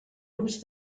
grups